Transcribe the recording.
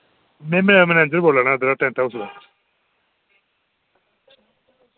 में में मैनेजर बोल्ला ना उद्धरा टैंट हाउस दा